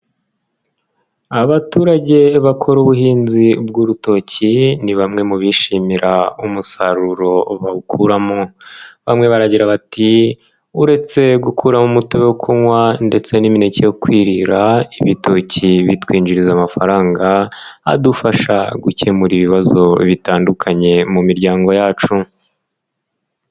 Abaturage bakora ubuhinzi bw'urutoki, ni bamwe mu bishimira umusaruro bawukuramo. Bamwe baragira bati "uretse gukuraramo umuti wo kunywa ndetse n'imineke yo kwirira, ibitoki bitwinjiriza amafaranga, adufasha gukemura ibibazo bitandukanye mu miryango yacu".